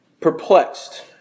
perplexed